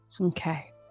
okay